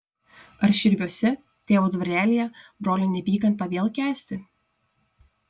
ar širviuose tėvo dvarelyje brolio neapykantą vėl kęsti